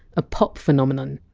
a pop phenomenon!